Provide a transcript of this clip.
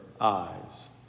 eyes